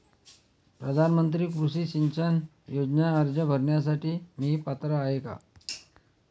प्रधानमंत्री कृषी सिंचन योजना अर्ज भरण्यासाठी मी पात्र आहे का?